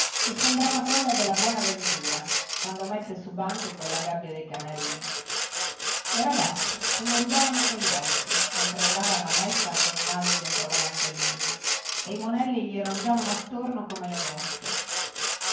che sembrava quella della buona ventura quando mette su banco colla gabbia dei canarini le ragazze se lo rubavano cogli occhi mentre andavano a messa col naso dentro la mantellina e i monelli gli ronzavano attorno come le mosche